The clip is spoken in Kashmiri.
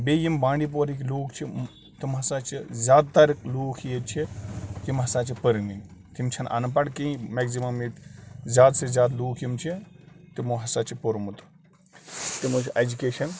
بیٚیہِ یِم بانڈی پورہٕکۍ لوٗکھ چھِ تِم ہسا چھِ زیادٕ تَر لوٗکھ ییٚتہِ چھِ تِم ہسا چھِ پٔروٕنۍ تِم چھَنہٕ اَنپَڑھ کِہیٖنۍ مٮ۪گزِمَم ییٚتہِ زیادٕ سے زیادٕ لوٗکھ یِم چھِ تِمو ہسا چھِ پوٚرمُت تِمو چھِ اٮ۪جُکیشَن